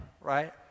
right